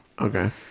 Okay